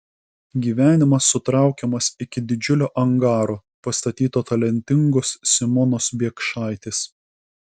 gyvenimas sutraukiamas iki didžiulio angaro pastatyto talentingos simonos biekšaitės